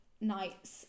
nights